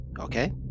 okay